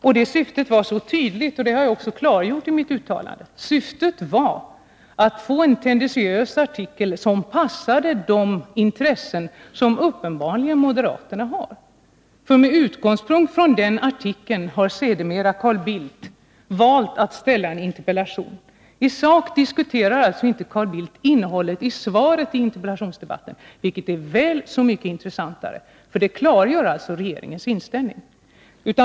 Och det syftet var så tydligt, som jag också har klargjort i mitt uttalande. Syftet var att få fram en tendentiös artikel, som passade de intressen som moderaterna uppenbarligen har. Och med utgångspunkt i den artikeln har sedermera Carl Bildt valt att framställa en interpellation. Carl Bildt diskuterar alltså i sak inte innehållet i interpellationssvaret, vilket är så mycket mera intressant, eftersom det klargör regeringens inställning.